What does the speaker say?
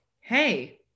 hey